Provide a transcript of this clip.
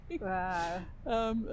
Wow